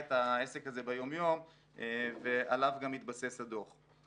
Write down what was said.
את העסק הזה ביום-יום ועליו גם התבסס הדוח.